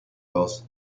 laws